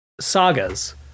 sagas